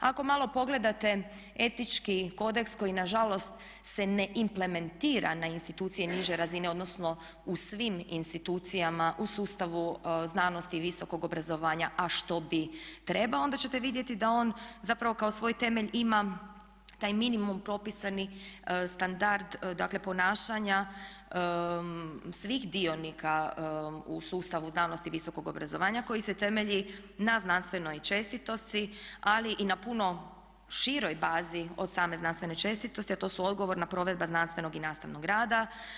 Ako malo pogledate etički kodeks koji nažalost se ne implementira na institucije niže razine odnosno u svim institucijama u sustavu znanosti i visokog obrazovanja a što bi trebalo onda ćete vidjeti da on zapravo kao svoj temelj ima taj minimum propisani standard, dakle ponašanja svih dionika u sustavu znanosti i visokog obrazovanja koji se temelji na znanstvenoj čestitosti ali i na puno široj bazi od same znanstvene čestitosti a to su odgovorna provedba znanstvenog i nastavnog rada.